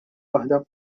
waħda